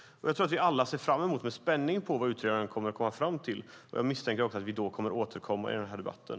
Jag tror att vi alla med spänning ser fram emot vad utredaren kommer fram till, och jag misstänker att vi då återkommer i debatten.